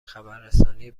خبررسانی